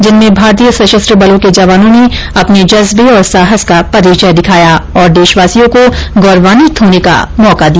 जिनमें भारतीय सशस्त्र बलों के जवानों ने अपने जज्बे और साहस का परिचय दिखाया और देशवासियों को गौरवांवित होने का मौका दिया